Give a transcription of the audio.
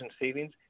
savings